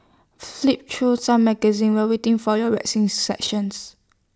flick through some magazines while waiting for your waxing sessions